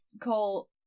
call